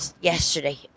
yesterday